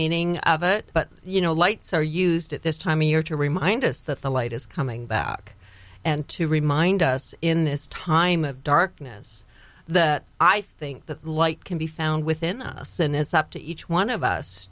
meaning out of it but you know lights are used at this time of year to remind us that the light is coming back and to remind us in this time of darkness that i think that light can be found within us and it's up to each one of us